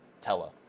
Tella